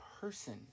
person